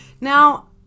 Now